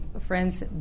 friends